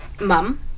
mom